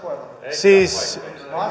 siis